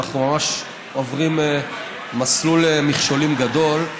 אנחנו ממש עוברים מסלול מכשולים גדול.